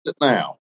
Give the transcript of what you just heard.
Now